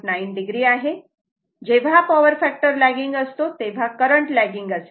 जेव्हा power factor lagging असतो तेव्हा करंट लेगिंग असते